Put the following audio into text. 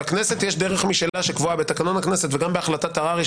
לכנסת יש דרך משלה שקבועה בתקנון הכנסת וגם בהחלטת הררי,